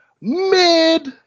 Mid